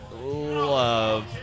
Love